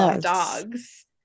dogs